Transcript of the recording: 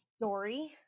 story